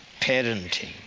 parenting